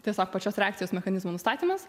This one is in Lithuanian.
tiesiog pačios reakcijos mechanizmo nustatymas